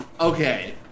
Okay